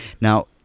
Now